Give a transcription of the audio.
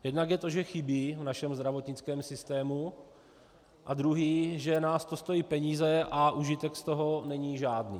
Jednak je to, že chybí v našem zdravotnickém systému, a druhé, že nás to stojí peníze a užitek z toho není žádný.